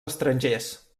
estrangers